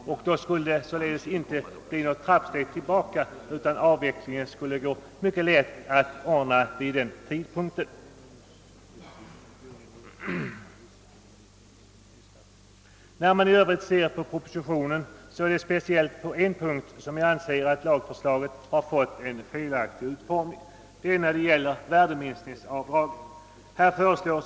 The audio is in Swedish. Genom detta system skulle man inte behöva gå ett trappsteg tillbaka, utan avvecklingen skulle gå mycket lätt ait genomföra vid den tidpunkten. När man i övrigt ser på propositionen är det speciellt på en punkt som jag anser att lagförslaget fått en felaktig utformning. Jag syftar på värdeminskningsavdraget.